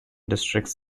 districts